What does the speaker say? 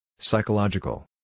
Psychological